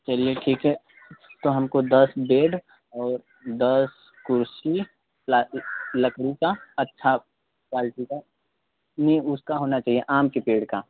चलिए ठीक है तो हमको दस बेड और दस कुर्सी ला लकड़ी का अच्छा क्वालिटी का ये उसका होना चाहिए आम के पेड़ का